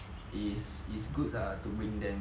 it's it's good lah to bring them